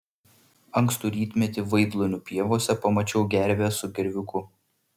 ankstų rytmetį vaidlonių pievose pamačiau gervę su gerviuku